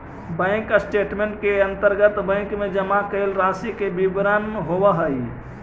bank statement के अंतर्गत bank में जमा कैल राशि के विवरण होवऽ हइ